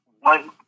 one